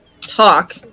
talk